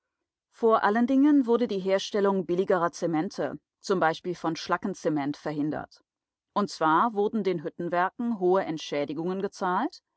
vor allen dingen wurde die herstellung billigerer zemente zum beispiel von schlackenzement verhindert und zwar wurden den hüttenwerken hohe entschädigungen gezahlt